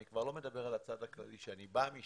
אני כבר לא מדבר על הצד הכלכלי, שאני בא משם,